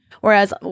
Whereas